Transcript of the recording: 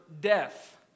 death